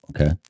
Okay